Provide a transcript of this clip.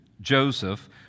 Joseph